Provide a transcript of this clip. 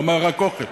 כלומר רק אוכל,